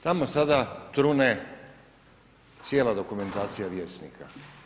Tamo sada trune cijela dokumentacija Vjesnika.